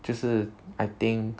就是 I think